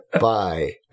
Bye